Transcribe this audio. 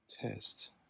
test